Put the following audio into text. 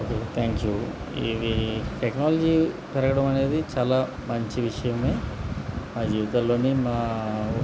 okay thank you ఇవి technology పెరగడం అనేది చాలా మంచి విషయమే మా జీవితాల్లోని మా